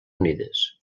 unides